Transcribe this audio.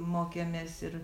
mokėmės ir